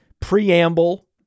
preamble